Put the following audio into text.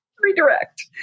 redirect